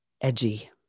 edgy